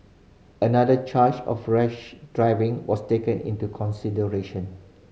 another charge of rash driving was taken into consideration